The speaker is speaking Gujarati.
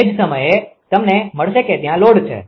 તે જ સમયે તમને મળશે કે ત્યાં લોડ છે